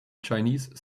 chinese